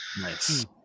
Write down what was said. Nice